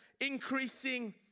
increasing